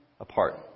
apart